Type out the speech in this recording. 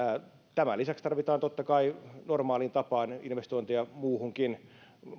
tämän lisäksi tarvitaan totta kai normaaliin tapaan investointeja muihinkin